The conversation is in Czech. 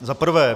Za prvé.